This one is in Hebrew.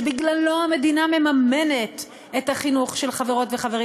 שבגללו המדינה מממנת את החינוך של חברות וחברים.